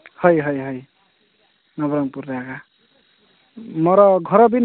ହଇ ହଇ ହଇ ନବରଙ୍ଗପୁରରେ ଏକା ମୋର ଘର ବି